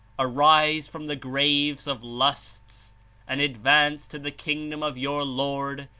arise from the graves of lusts and advance to the kingdom of your lord,